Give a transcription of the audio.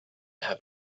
have